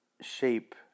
shape